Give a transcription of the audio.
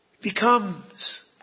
becomes